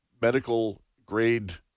medical-grade